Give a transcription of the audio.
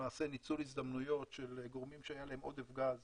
למעשה ניצול הזדמנויות של גורמים שהיה להם עודף גז